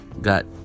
got